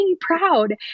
proud